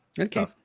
Okay